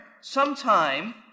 sometime